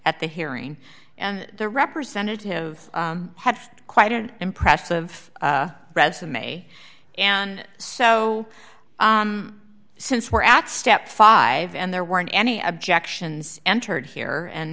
at the hearing and the representative had quite an impressive resume and so since we're at step five and there weren't any objections entered here and